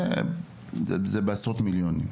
עשרות מיליונים.